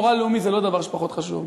מורל לאומי זה לא דבר שפחות חשוב.